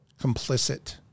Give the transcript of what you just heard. complicit